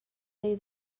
zei